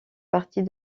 partie